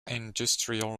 industrial